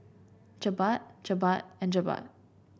Jebat Jebat and Jebat